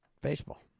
baseball